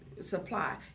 supply